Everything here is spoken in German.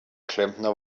klempner